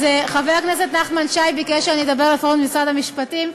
חבר הכנסת נחמן שי ביקש שאני אדבר על הרפורמות במשרד המשפטים.